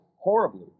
horribly